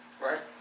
Right